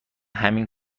همین